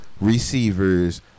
receivers